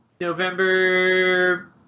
November